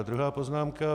Druhá poznámka.